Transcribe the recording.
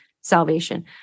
salvation